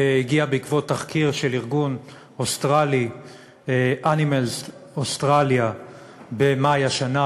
הגיע בעקבות תחקיר של ארגון אוסטרלי Animals Australia במאי השנה,